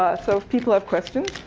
ah so if people have questions.